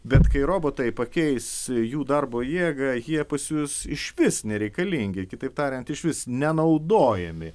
bet kai robotai pakeis jų darbo jėgą jie pasijus išvis nereikalingi kitaip tariant išvis nenaudojami